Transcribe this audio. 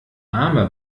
arme